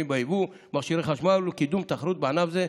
ביבוא מכשירי חשמל ובקידום התחרות בענף זה,